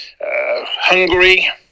Hungary